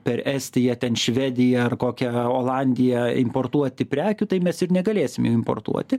per estiją ten švediją ar kokią olandiją importuoti prekių tai mes ir negalėsim importuoti